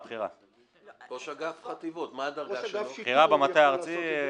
הפנים הם לייצוא ורוב החקלאים מחכים לייצוא,